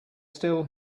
still